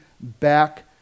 back